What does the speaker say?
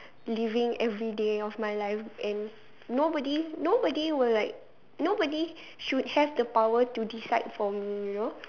living everyday of my life and nobody nobody would like nobody should have the power to decide for me you know